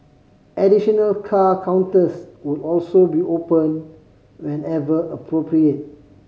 additional car counters would also be opened whenever appropriate